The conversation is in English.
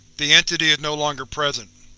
the entity is no longer present.